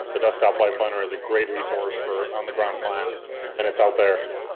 the desktop flight planner is a great resource for on the ground plans and it's out there.